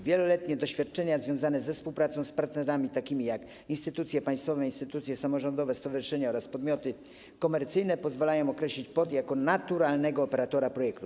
Wieloletnie doświadczenia związane ze współpracą z partnerami takimi jak instytucje państwowe, instytucje samorządowe, stowarzyszenia oraz podmioty komercyjne pozwalają określić POT jako naturalnego operatora projektów.